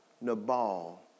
Nabal